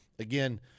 Again